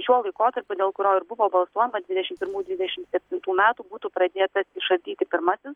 šiuo laikotarpiu dėl kurio ir buvo balsuojama dvidešim pirmų dvidešim septintų metų būtų pradėtas išardyti pirmasis